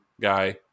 guy